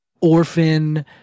orphan